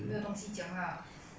没有东西讲 lah